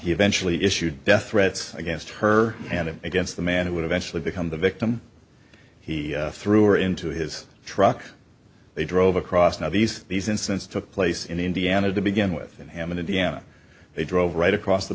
eventually issued death threats against her and against the man who would eventually become the victim he threw her into his truck they drove across now these these incidents took place in indiana to begin with in hammond indiana they drove right across the